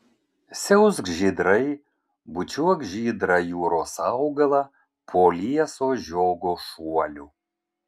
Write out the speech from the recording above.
siausk žydrai bučiuok žydrą jūros augalą po lieso žiogo šuoliu